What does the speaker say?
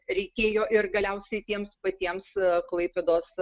reikėjo ir galiausiai tiems patiems klaipėdos